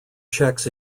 cheques